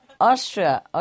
Austria